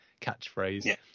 catchphrase